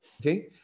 Okay